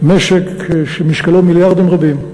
משק שמשקלו מיליארדים רבים,